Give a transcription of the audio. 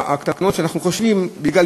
הקטנות שאנחנו חושבים עליהן,